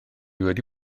wedi